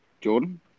Jordan